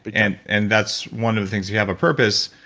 but and and that's one of the things if you have a purpose,